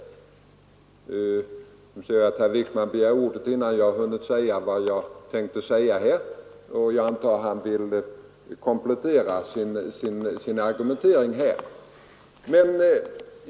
— Jag ser att herr Wijkman begär ordet innan jag har hunnit säga vad jag tänkte säga här; jag antar att han vill komplettera sin argumentering.